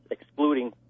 excluding